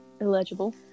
illegible